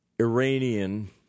Iranian